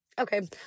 Okay